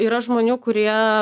yra žmonių kurie